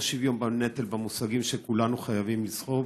לא שוויון בנטל במובנים שכולנו חייבים לזכור